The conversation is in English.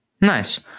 Nice